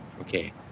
Okay